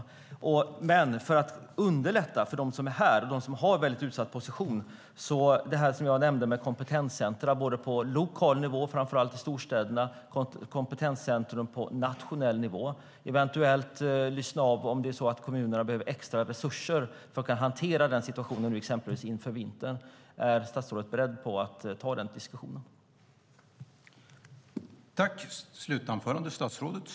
När det gäller att underlätta för dem som är här och som har en väldigt utsatt position nämnde jag dock kompetenscentrum, både på lokal nivå - framför allt i storstäderna - och på nationell nivå. Det handlar eventuellt om att lyssna av om kommunerna behöver extra resurser för att kunna hantera situationen exempelvis inför vintern. Är statsrådet beredd att ta den diskussionen?